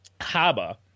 Haba